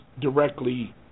directly